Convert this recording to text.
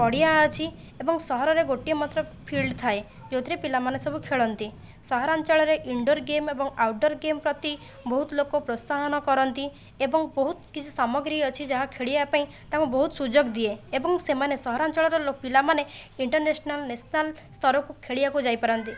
ପଡ଼ିଆ ଅଛି ଏବଂ ସହରରରେ ଗୋଟିଏ ମାତ୍ର ଫିଲ୍ଡ ଥାଏ ଯେଉଁଥିରେ ପିଲାମାନେ ସବୁ ଖେଳନ୍ତି ସହରାଞ୍ଚଳରେ ଇନଡୋର୍ ଗେମ୍ ଏବଂ ଆଉଟଡୋର୍ ଗେମ୍ ପ୍ରତି ବହୁତ ଲୋକ ପ୍ରୋତ୍ସାହନ କରନ୍ତି ଏବଂ ବହୁତ କିଛି ସାମଗ୍ରୀ ଅଛି ଯାହା ଖେଳିବା ପାଇଁ ତାଙ୍କୁ ବହୁତ ସୁଯୋଗ ଦିଏ ଏବଂ ସେମାନେ ସହରାଞ୍ଚଳର ପିଲାମାନେ ଇଣ୍ଟରନ୍ୟାସନାଲ ନ୍ୟାସନାଲ ସ୍ତରକୁ ଖେଳିବାକୁ ଯାଇ ପାରନ୍ତି